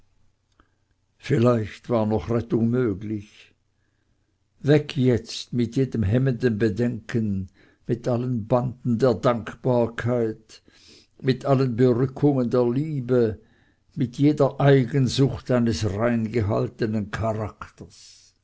vielleicht war noch rettung möglich weg jetzt mit jedem hemmenden bedenken mit allen banden der dankbarkeit mit allen berückungen der liebe mit jeder eigensucht eines rein gehaltenen charakters